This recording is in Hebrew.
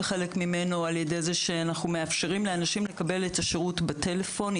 וחלק ממנו על ידי זה שאנחנו מאפשרים לאנשים לקבל את השירות בטלפון,